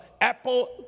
Apple